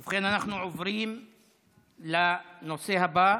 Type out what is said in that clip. ובכן, אנחנו עוברים לנושא הבא,